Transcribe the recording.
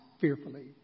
fearfully